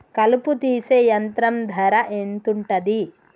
కలుపు తీసే యంత్రం ధర ఎంతుటది?